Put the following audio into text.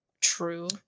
True